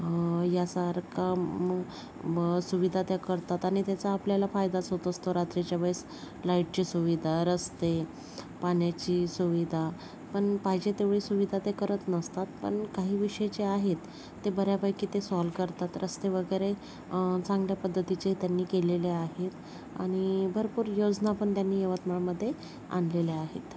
यासारख्या मग म् सुविधा त्या करतात आणि त्याचा आपल्याला फायदाच होत असतो रात्रीच्या वेळेस लाईटची सुविधा रस्ते पाण्याची सुविधा पण पाहिजे तेवढी सुविधा ते करत नसतात पण काही विषय जे आहेत ते बऱ्यापैकी ते सॉल्व करतात रस्ते वगैरे चांगल्या पद्धतीचे त्यांनी केलेले आहेत आणि भरपूर योजनापण त्यांनी यवतमाळमध्ये आणलेल्या आहेत